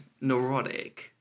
neurotic